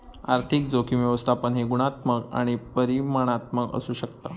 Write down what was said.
आर्थिक जोखीम व्यवस्थापन हे गुणात्मक आणि परिमाणात्मक असू शकता